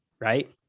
Right